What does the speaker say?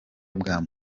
bwa